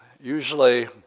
usually